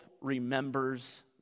remembers